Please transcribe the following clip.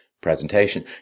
presentation